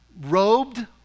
robed